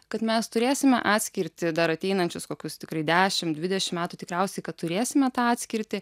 kad mes turėsime atskirtį dar ateinančius kokius tikrai dešim dvidešim metų tikriausiai kad turėsime tą atskirtį